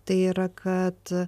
tai yra kad